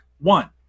One